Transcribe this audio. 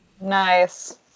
Nice